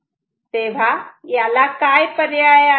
तेव्हा याला काय पर्याय आहे